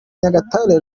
nyagatare